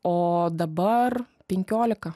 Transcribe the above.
o dabar penkiolika